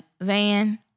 Van